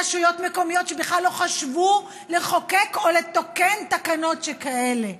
רשויות מקומיות שבכלל לא חשבו לחוקק או לתקן תקנות שכאלה.